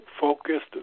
focused